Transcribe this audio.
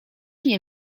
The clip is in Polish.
nie